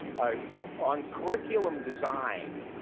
on curriculum design,